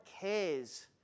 cares